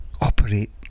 operate